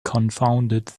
confounded